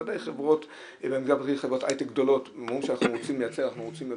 ודאי חברות הייטק גדולות שאומרים שהם רוצים לייצר ורוצים להיות